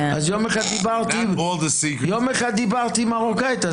יום אחד דיברתי מרוקאית,